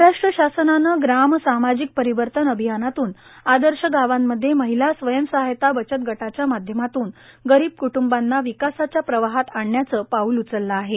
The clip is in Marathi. महाराष्ट्र शासनाने ग्राम सामाजिक परिवर्तन अभियानातून आदर्श गावांमध्ये महिला स्वंयसहायता बचत गटाच्या माध्यमातून गरीब कुटुंबांना विकासाच्या प्रवाहात आणण्याचे पाऊल उचलले आहे